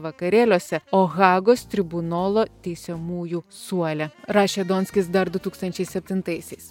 vakarėliuose o hagos tribunolo teisiamųjų suole rašė donskis dar du tūkstančiai septintaisiais